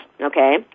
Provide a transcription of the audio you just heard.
okay